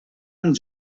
amb